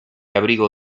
abrigo